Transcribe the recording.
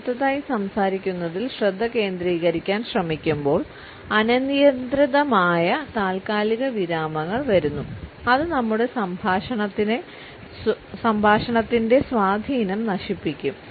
അടുത്തതായി സംസാരിക്കുന്നതിൽ ശ്രദ്ധ കേന്ദ്രീകരിക്കാൻ ശ്രമിക്കുമ്പോൾ അനിയന്ത്രിതമായ താൽക്കാലിക വിരാമങ്ങൾ വരുന്നു അത് നമ്മുടെ സംഭാഷണത്തിന്റെ സ്വാധീനം നശിപ്പിക്കും